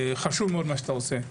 חשוב מאוד מה שאתה עושה.